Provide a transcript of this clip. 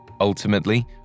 Ultimately